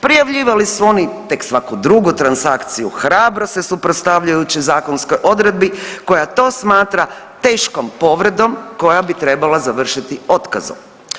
Prijavljivali su oni tek svaku drugu transakciju, hrabro se suprotstavljajući zakonskoj odredbi koja to smatra teškom povredom koja bi trebala završiti otkazom.